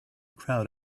crowd